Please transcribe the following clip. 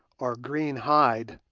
or green hide,